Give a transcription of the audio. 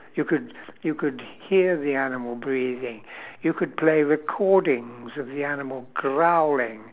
you could you could hear the animal breathing you could play recordings of the animal growling